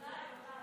אולי, אולי.